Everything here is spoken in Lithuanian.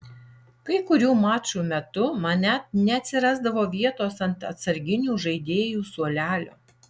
kai kurių mačų metu man net neatsirasdavo vietos ant atsarginių žaidėjų suolelio